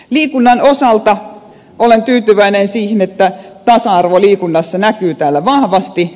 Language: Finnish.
liikunnan osalta olen tyytyväinen siihen että tasa arvo liikunnassa näkyy täällä vahvasti